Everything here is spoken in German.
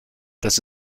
dass